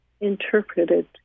interpreted